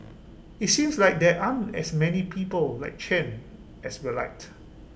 IT seems like there aren't as many people like Chen as we'd liked